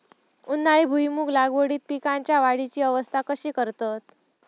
उन्हाळी भुईमूग लागवडीत पीकांच्या वाढीची अवस्था कशी करतत?